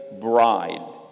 bride